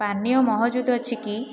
ପାନୀୟ ମହଜୁଦ ଅଛି କି